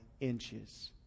inches